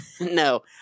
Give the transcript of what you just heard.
No